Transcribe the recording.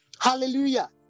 Hallelujah